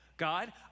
God